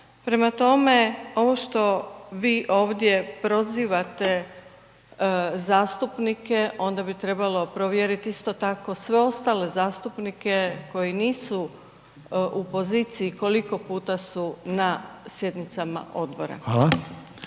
Prema tome, ovo što vi ovdje prozivate zastupnike, onda bi trebalo provjeriti isto tako sve ostale zastupnike koji nisu u poziciji koliko puta su na sjednicama odbora.